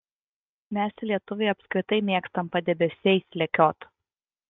mes lietuviai apskritai mėgstam padebesiais lekiot